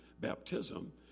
baptism